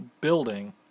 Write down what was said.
building